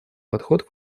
подход